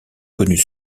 connues